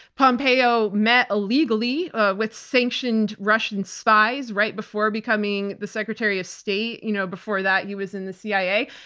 pompeo met illegally with sanctioned russian spies right before becoming the secretary of state. you know before that, he was in the cia.